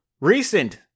recent